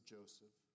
Joseph